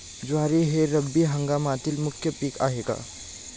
ज्वारी हे रब्बी हंगामातील मुख्य पीक आहे का?